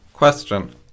Question